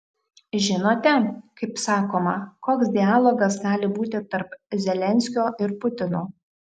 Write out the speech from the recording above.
žinote kaip sakoma koks dialogas gali būti tarp zelenskio ir putino